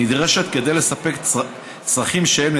נדרשת כדי לספק צרכים שהם,